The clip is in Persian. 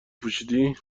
پوشیدی